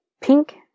Pink